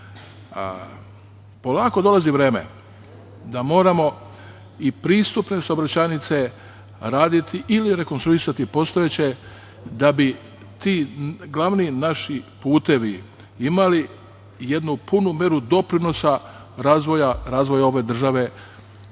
Polako dolazi vreme da moramo i pristupne saobraćajnice raditi ili rekonstruisati postojeće, da bi ti glavni naši putevi imali jednu punu meru doprinosa razvoja ove države, naravno,